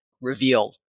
reveal